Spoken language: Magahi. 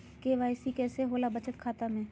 के.वाई.सी कैसे होला बचत खाता में?